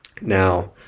Now